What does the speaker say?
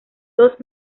dos